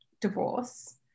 divorce